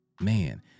man